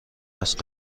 است